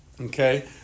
Okay